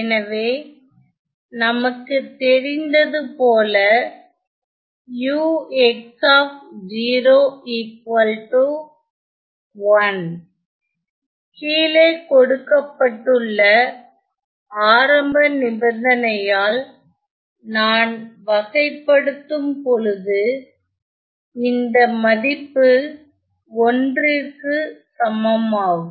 எனவே நமக்குத் தெரிந்தது போல கீழே கொடுக்கப்பட்டுள்ள ஆரம்ப நிபந்தனையால் நான் வகைப்படுத்தும் பொழுது இதன் மதிப்பு ஒன்றிற்கு சமமாகும்